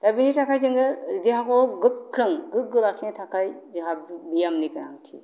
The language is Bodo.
दा बेनि थाखाय जोङो देहाखौ गोख्रों गोगो लाखिनो थाखाय जोंहा ब्यामनि गोनांथि